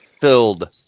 filled